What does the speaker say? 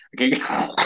Okay